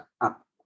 up